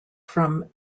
from